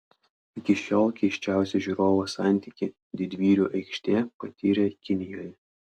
iki šiol keisčiausią žiūrovo santykį didvyrių aikštė patyrė kinijoje